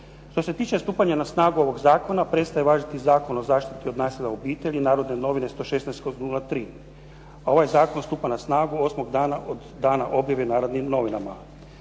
Što se tiče stupanja na snagu ovoga zakona prestaje važiti Zakon o zaštiti od nasilja u obitelji “Narodne novine“ 116/03. Ovaj zakon stupa na snagu osmog dana od dana objave u “Narodnim novinama“.